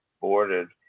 boarded